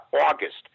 August